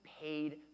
paid